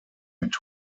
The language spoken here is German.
mit